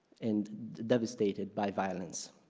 and devastated by violence.